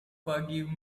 forgive